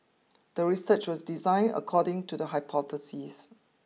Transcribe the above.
the research was designed according to the hypothesis